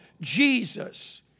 Jesus